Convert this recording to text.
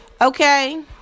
Okay